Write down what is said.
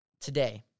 today